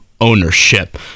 ownership